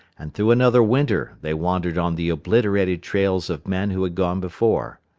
and through another winter they wandered on the obliterated trails of men who had gone before.